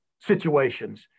situations